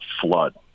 flood